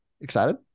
excited